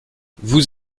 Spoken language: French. vous